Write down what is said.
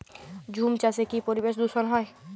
ঝুম চাষে কি পরিবেশ দূষন হয়?